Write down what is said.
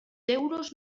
euros